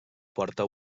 porta